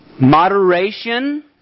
Moderation